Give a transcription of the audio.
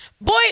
Boy